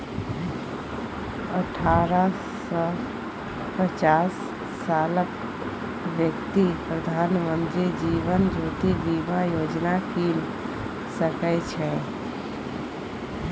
अठारह सँ पचास सालक बेकती प्रधानमंत्री जीबन ज्योती बीमा योजना कीन सकै छै